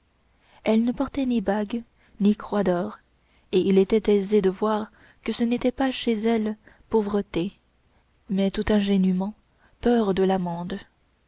elles ne portaient ni bagues ni croix d'or et il était aisé de voir que ce n'était pas chez elles pauvreté mais tout ingénument peur de l'amende